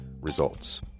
Results